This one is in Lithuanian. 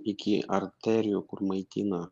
iki arterijų kur maitina